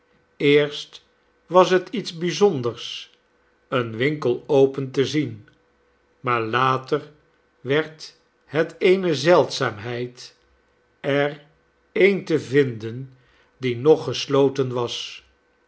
eerst was het iets bijzonders een winkel open te zien maar later werd het eene zeldzaamheid er een te vinden die nog gesloten was